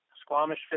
squamish